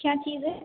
क्या चीज़ है